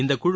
இந்த குழு